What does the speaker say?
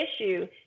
issue